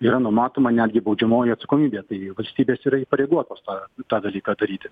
yra numatoma netgi baudžiamoji atsakomybė tai valstybės yra įpareigotos tą tą dalyką daryti